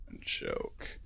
Joke